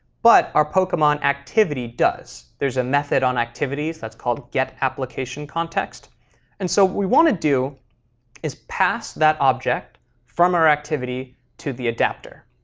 but our pokemon activity does. there's a method on activities that's called getapplicationcontext. and so we want to do is pass that object from our activity to the adapter.